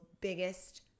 biggest